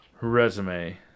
resume